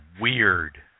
weird